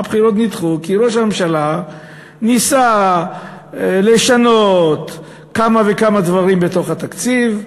הבחירות נדחו כי ראש הממשלה ניסה לשנות כמה וכמה דברים בתוך התקציב.